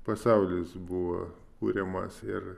pasaulis buvo kuriamas ir